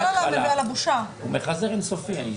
הוראת השעה של עמדת הממשלה היא לחמש שנים.